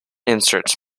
inserts